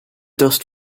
dust